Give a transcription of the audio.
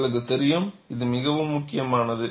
உங்களுக்கு தெரியும் இது மிகவும் முக்கியமானது